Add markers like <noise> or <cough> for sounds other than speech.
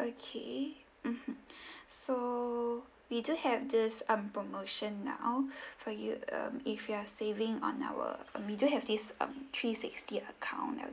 okay mmhmm so we do have this um promotion now <breath> for you um if you're saving on our um we do have this um three sixty account uh uh